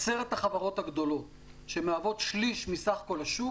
עשרת החברות הגדולות שמהוות שליש מסך כל השוק